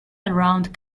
around